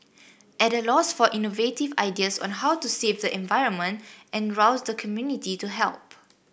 at a loss for innovative ideas on how to save the environment and rouse the community to help